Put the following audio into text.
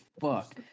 fuck